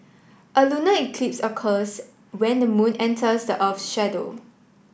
a lunar eclipse occurs when the moon enters the earth's shadow